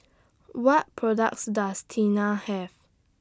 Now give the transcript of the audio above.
What products Does Tena Have